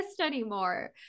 anymore